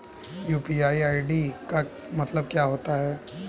UPI ID का मतलब क्या होता है?